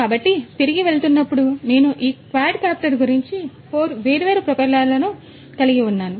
కాబట్టి తిరిగి వెళుతున్నప్పుడు నేను ఈ క్వాడ్కాప్టర్ గురించి 4 వేర్వేరు ప్రొపెల్లర్లను కలిగి ఉన్నాను